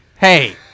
Hey